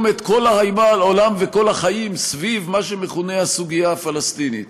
את כל החיים סביב מה שמכונה הסוגיה הפלסטינית.